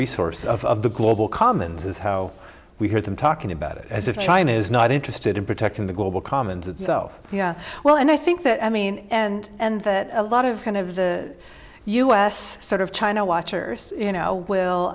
resource of the global commons is how we hear them talking about it as if china is not interested in protecting the global commons itself well and i think that i mean and a lot of kind of the u s sort of china watchers you know will